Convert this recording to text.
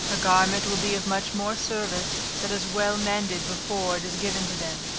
a garment will be of much more service, that is well mended before it is given to them.